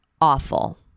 awful